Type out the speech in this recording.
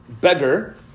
beggar